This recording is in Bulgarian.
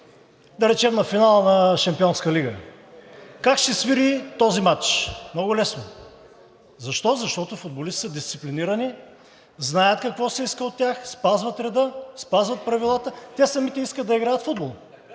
да речем, на финала на Шампионска лига. Как ще свири този мач? Много лесно. Защо? Защото футболистите са дисциплинирани, знаят какво се иска от тях, спазват реда, спазват правилата. Те самите искат да играят футбол,